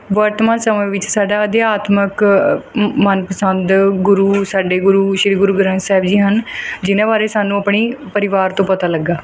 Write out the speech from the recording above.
ਵਰਤਮਾਨ ਸਮੇਂ ਵਿੱਚ ਸਾਡਾ ਅਧਿਆਤਮਕ ਮਨਪਸੰਦ ਗੁਰੂ ਸਾਡੇ ਗੁਰੂ ਸ਼੍ਰੀ ਗੁਰੂ ਗ੍ਰੰਥ ਸਾਹਿਬ ਜੀ ਹਨ ਜਿਨ੍ਹਾਂ ਬਾਰੇ ਸਾਨੂੰ ਆਪਣੀ ਪਰਿਵਾਰ ਤੋਂ ਪਤਾ ਲੱਗਾ